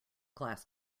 class